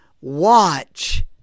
watch